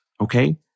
okay